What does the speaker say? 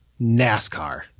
NASCAR